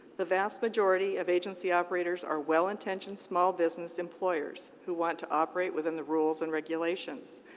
the vast majority of agency operators are well-intentioned small business employers who want to operate within the rules and regulations.